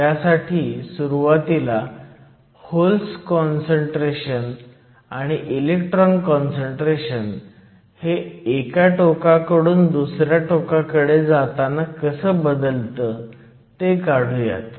त्यासाठी सुरुवातीला holes concentration आणि इलेक्ट्रॉन काँसंट्रेशन हे एका टोकाकडून दुसऱ्या टोकाकडे जाताना कसं बदलतं ते काढुयात